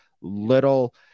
little